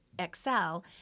Excel